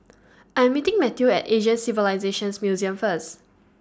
I'm meeting Matthew At Asian Civilisations Museum First